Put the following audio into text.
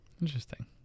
Interesting